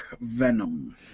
Venom